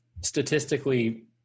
statistically